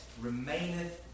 remaineth